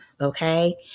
Okay